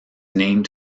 named